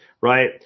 Right